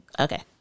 okay